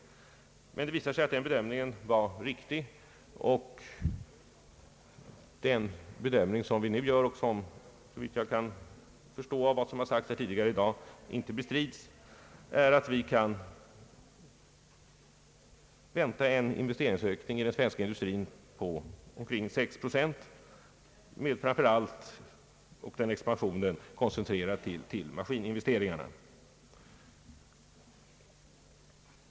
Men det visade sig att denna bedömning var riktig, och den bedömning som vi nu gör — och som såvitt jag kan förstå av vad som sagts tidigare här i dag inte bestrids — är att vi kan vänta en investeringsökning i den svenska industrin på omkring 6 procent, vilken framför allt komer att koncentreras till maskininvesteringarna.